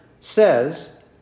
says